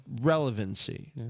relevancy